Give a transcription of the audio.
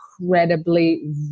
incredibly